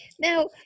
Now